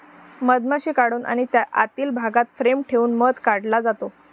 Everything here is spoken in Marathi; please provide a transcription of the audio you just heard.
मधमाशी काढून आणि आतील भागात फ्रेम ठेवून मध काढला जातो